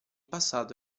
passato